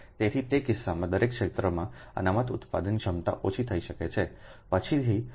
તેથી તે કિસ્સામાં દરેક ક્ષેત્રમાં અનામત ઉત્પાદન ક્ષમતા ઓછી થઈ શકે છે પછીથી હું સમજાવવાનો પ્રયત્ન કરીશ